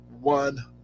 one